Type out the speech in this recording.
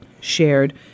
shared